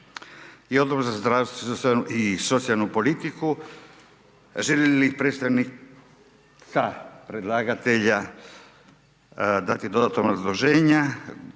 i Odbor za zdravstvo i socijalnu politiku. Želi li predstavnica predlagatelja dati dodatna obrazloženja?